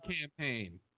campaign